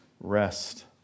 rest